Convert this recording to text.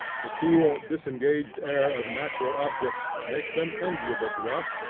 the cool disengaged air of natural objects makes them enviable to us,